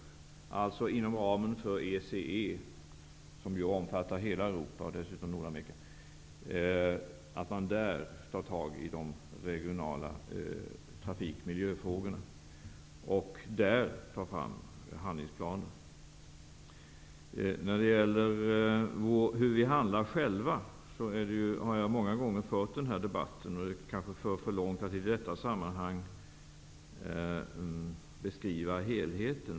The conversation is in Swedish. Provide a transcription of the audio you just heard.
Man bör alltså inom ramen för ECE, som ju omfattar hela Europa och dessutom Nordamerika, ta tag i de regionala trafik och miljöfrågorna och där ta fram handlingsplaner. Jag har många gånger fört debatten om hur vi handlar själva. Det kanske för för långt att i detta sammanhang beskriva helheten.